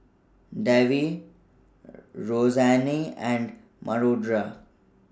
Davie Roseanne and Madora